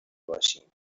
باشیم